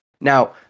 Now